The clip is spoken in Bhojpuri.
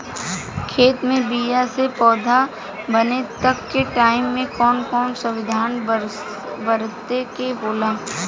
खेत मे बीया से पौधा बने तक के टाइम मे कौन कौन सावधानी बरते के होला?